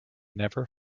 never